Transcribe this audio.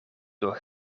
door